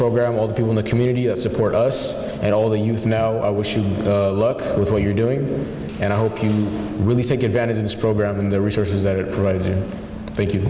program all the people in the community of support us and all the youth know i wish you luck with what you're doing and i hope you really take advantage of this program and the resources that it provid